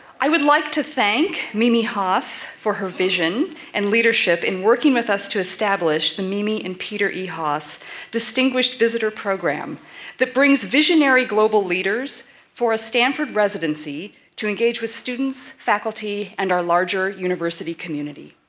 i would like to thank mimi haas for her vision and leadership in working with us to establish the mimi and peter e. haas distinguished visitor program that brings visionary global leaders for a stanford residency to engage with students, faculty, and our larger university community.